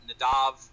Nadav